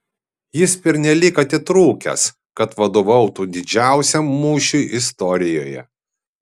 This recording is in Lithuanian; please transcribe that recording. jis pernelyg atitrūkęs kad vadovautų didžiausiam mūšiui istorijoje